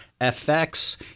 FX